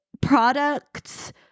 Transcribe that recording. products